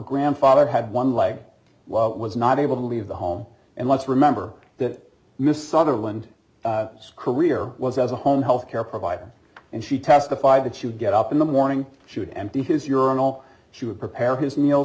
grandfather had one leg while it was not able to leave the home and let's remember that miss southerland career was as a home health care provider and she testified that she would get up in the morning she would empty his urine all she would prepare his meal